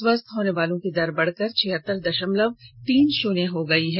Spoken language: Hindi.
स्वस्थ होने वालों की दर बढकर छिहत्तर दशमलव तीन शून्य हो गई है